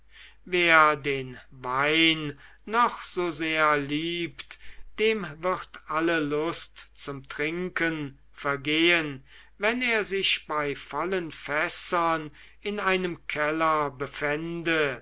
wer den wein noch so sehr liebt dem wird alle lust zum trinken vergehen wenn er sich bei vollen fässern in einem keller befände